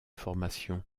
formation